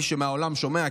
למי מהעולם ששומע,